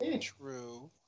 True